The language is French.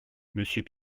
monsieur